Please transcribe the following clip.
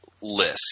list